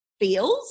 feels